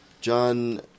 John